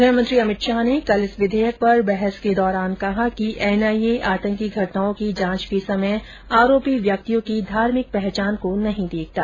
गृहमंत्री अभित शाह ने कल इस विधेयक पर बहस के दौरान कहा कि एनआईए आतंकी घटनाओं की जांच के समय आरोपी व्यक्तियों की धार्भिक पहचान को नहीं देखता